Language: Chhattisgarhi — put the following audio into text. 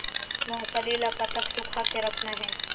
मूंगफली ला कतक सूखा के रखना हे?